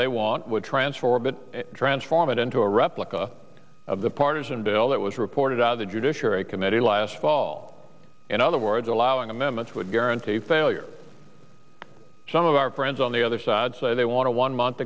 they want would transform it transform it into a replica of the partisan bill that was reported out of the judiciary committee last fall in other words allowing amendments would guarantee failure some of our friends on the other sad say they want one month